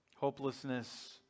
Hopelessness